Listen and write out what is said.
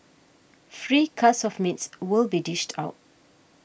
free cuts of meats will be dished out